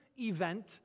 event